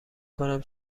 کنم